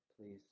please